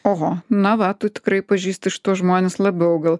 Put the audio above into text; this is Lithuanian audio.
oho na va tu tikrai pažįsti šituos žmones labiau gal